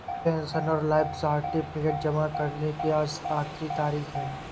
pensioner life certificate जमा करने की आज आखिरी तारीख है